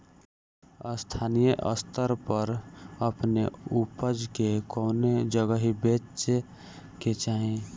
स्थानीय स्तर पर अपने ऊपज के कवने जगही बेचे के चाही?